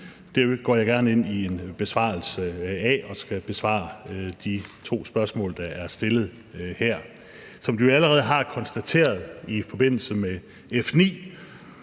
Det går jeg gerne ind i ved at besvare de to spørgsmål, der er stillet her. Som vi jo allerede har konstateret i forbindelse med F 9,